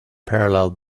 paralleled